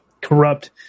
corrupt